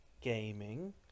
gaming